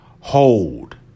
hold